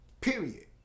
period